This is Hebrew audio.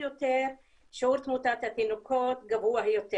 יותר שיעור תמותת התינוקות גבוהה יותר.